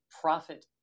profit